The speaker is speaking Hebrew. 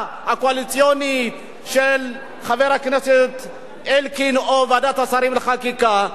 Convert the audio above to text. הקואליציונית של חבר הכנסת אלקין או ועדת השרים לחקיקה,